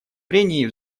прений